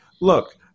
Look